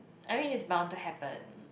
I mean's it bound to happen